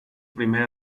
primera